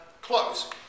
close